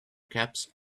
cups